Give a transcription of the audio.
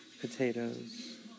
Potatoes